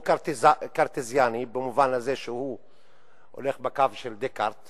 הוא קרטזיאני, במובן הזה שהוא הולך בקו של דקארט.